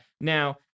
Now